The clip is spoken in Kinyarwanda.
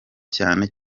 cyane